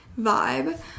vibe